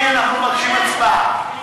אנחנו מבקשים הצבעה.